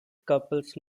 couples